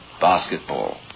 basketball